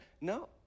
No